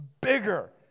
bigger